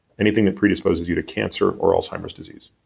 anything that predisposes you to cancer or alzheimer's disease,